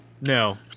no